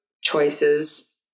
choices